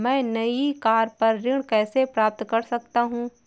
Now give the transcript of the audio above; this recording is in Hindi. मैं नई कार पर ऋण कैसे प्राप्त कर सकता हूँ?